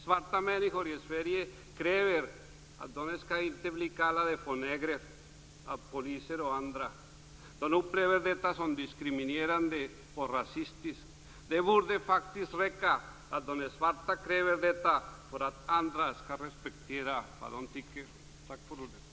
Svarta människor i Sverige kräver att de inte blir kallade för negrer av poliser och andra. De upplever detta som diskriminerande och rasistiskt. Det borde faktiskt räcka att de svarta kräver detta för att andra skall respektera vad de tycker. Tack för ordet.